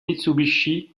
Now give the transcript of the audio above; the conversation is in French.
mitsubishi